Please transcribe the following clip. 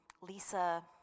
Lisa